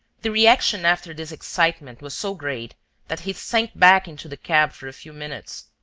the reaction after this excitement was so great that he sank back into the cab for a few minutes,